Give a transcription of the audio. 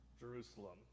Jerusalem